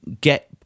get